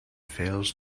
fails